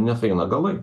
nesueina galai